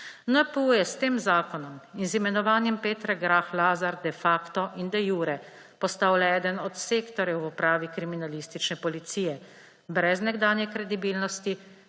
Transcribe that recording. NPU je s tem zakonom in z imenovanjem Petre Grah Lazar de facto in de iure postal le eden od sektorjev v Upravi kriminalistične policije, brez nekdanje kredibilnosti,